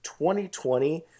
2020